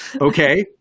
Okay